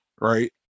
Right